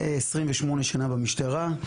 28 שנה במשטרה.